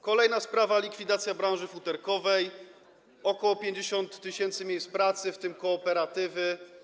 Kolejna sprawa: likwidacja branży futerkowej, ok. 50 tys. miejsc pracy, w tym kooperatywy.